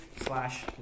slash